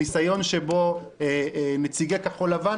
ניסיון שבו נציגי כחול לבן,